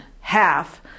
half